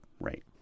Right